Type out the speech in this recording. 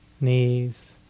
knees